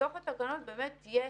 ושבתוך התקנות באמת תהיה